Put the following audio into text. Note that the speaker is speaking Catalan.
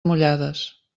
mullades